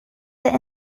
that